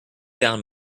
down